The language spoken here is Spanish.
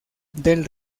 del